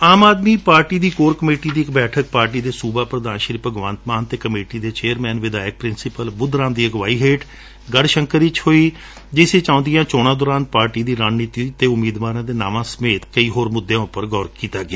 ਆਮ Aadmi Party ਦੀ core committee ਦੀ ਇਕ ਬੈਠਕ ਪਾਰਟੀ ਦੇ ਸੂਬਾ ਪ੍ਧਾਨ ਭਗਵੰਤ ਮਾਨ ਅਤੇ ਕਮੇਟੀ ਦੇ ਚੇਅਰਮੈਨ ਵਿਧਾਇਕ ਪ੍ਰਿੰਸੀਪਲ ਬੁੱਧ ਰਾਮ ਦੀ ਅਗਵਾਈ ਹੇਠ ਗਤੁਸ਼ੰਕਰ ਵਿਚ ਹੋਈ ਜਿਸ ਦੌਰਾਨ ਆਉਂਦੀਆਂ ਚੋਣਾਂ ਦੌਰਾਨ ਪਾਰਟੀ ਦੀ ਰਣਨੀਤੀ ਅਤੇ ਉਮੀਦਵਾਰਾਂ ਦੇ ਨਾਵਾਂ ਸਮੇਤ ਹੋਰ ਕਈ ਮੁੱਦਿਆਂ ਉਪਰ ਗੌਰ ਕੀਤਾ ਗਿਆ